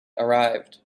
arrived